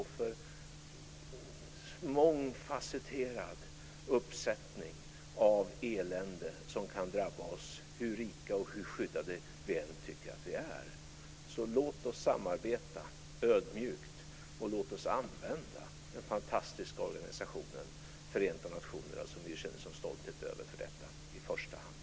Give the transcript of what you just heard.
Det är en mångfasetterad uppsättning av elände som kan drabba oss hur rika och hur skyddade vi än tycker att vi är. Låt oss samarbeta ödmjukt! Låt oss i första hand använda den fantastiska organisationen Förenta nationerna, som vi ju känner sådan stolthet över, för detta!